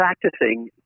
practicing